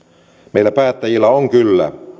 meillä päättäjillä on kyllä